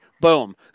Boom